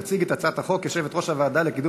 תציג את הצעת החוק יושבת-ראש הוועדה לקידום